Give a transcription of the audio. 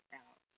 out